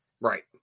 Right